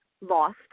lost